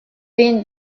been